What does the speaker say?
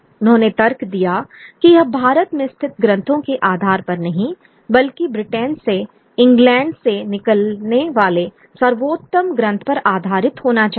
उन्होंने तर्क दिया कि यह भारत में स्थित ग्रंथों के आधार पर नहींबल्कि ब्रिटेन से इंग्लैंड से निकलने वाले सर्वोत्तम ग्रंथों पर आधारित होना चाहिए